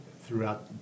throughout